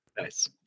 Nice